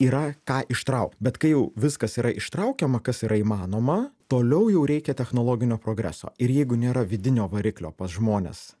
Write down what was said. yra ką ištraukt bet kai jau viskas yra ištraukiama kas yra įmanoma toliau jau reikia technologinio progreso ir jeigu nėra vidinio variklio pas žmones